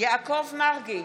יעקב מרגי,